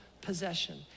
possession